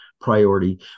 priority